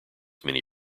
many